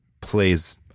plays